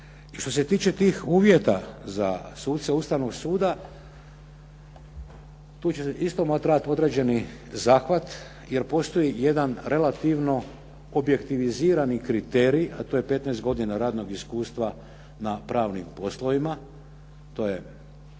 I što se tiče tih uvjeta za suce Ustavnog suda, tu će isto možda trebati određeni zahvat jer postoji jedan relativno objektivizirani kriterij, a to je 15 godina radnih iskustva na pravnim poslovima. To je